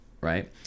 right